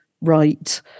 right